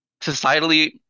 societally